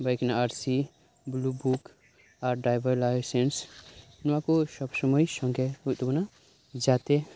bike ᱨᱮᱱᱟᱜ RC blue book ᱟᱨ driver licence ᱱᱚᱣᱟᱠᱩ ᱥᱚᱵ ᱥᱩᱢᱟᱹᱭ ᱥᱚᱸᱜᱮ ᱦᱩᱭᱩᱜ ᱛᱟᱵᱩᱱᱟ ᱡᱟᱛᱮ